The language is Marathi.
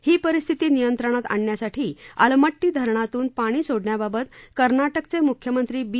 ही परिस्थिती नियंत्रणात आणण्यासाठी अलमट्टी धरणातून पाणी सोडण्याबाबत कर्नाटकचे मुख्यमंत्री बी